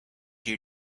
you